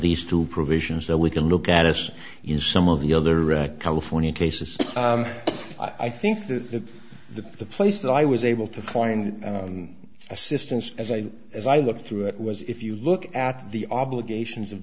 these two provisions that we can look at us in some of the other california cases i think the the the place that i was able to find assistance as i as i looked through it was if you look at the obligations of